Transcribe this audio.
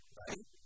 right